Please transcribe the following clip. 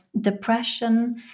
depression